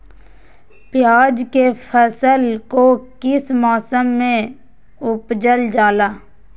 प्याज के फसल को किस मौसम में उपजल जाला?